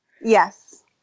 Yes